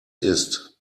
ist